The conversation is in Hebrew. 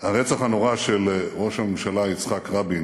הרצח הנורא של ראש הממשלה יצחק רבין